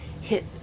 hit